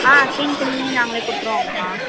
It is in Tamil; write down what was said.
ஆ க்ளீன் பண்ணி நாங்களே கொடுத்துருவோங்கமா